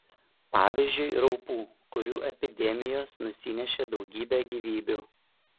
pavyzdžiui raupų kurių epidemijos nusinešė daugybę gyvybių